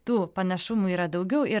tų panašumų yra daugiau ir